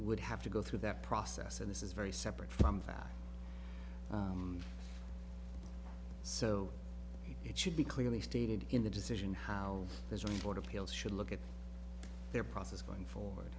would have to go through that process and this is very separate from that so it should be clearly stated in the decision how this report appeals should look at their process going forward